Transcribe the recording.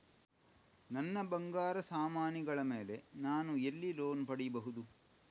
ನನ್ನ ಬಂಗಾರ ಸಾಮಾನಿಗಳ ಮೇಲೆ ನಾನು ಎಲ್ಲಿ ಲೋನ್ ಪಡಿಬಹುದು?